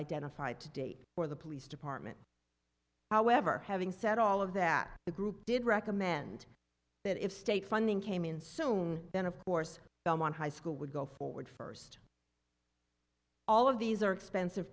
identified to date for the police department however having said all of that the group did recommend that if state funding came in soon then of course belmont high school would go forward first all of these are expensive